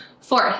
Fourth